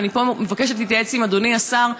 ופה אני מבקשת להתייעץ עם אדוני השר,